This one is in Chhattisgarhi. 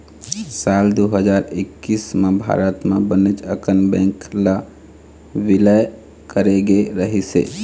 साल दू हजार एक्कइस म भारत म बनेच अकन बेंक ल बिलय करे गे रहिस हे